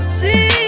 see